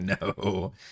no